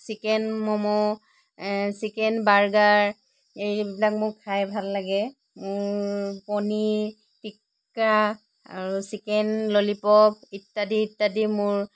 chicken momo chicken burger এইবিলাক মোৰ খাই ভাল লাগে মোৰ কণী টিক্কা আৰু চিকেন ললীপপ ইত্যাদি ইত্যাদি মোৰ